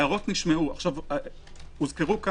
ההערות נשמעו.